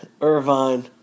Irvine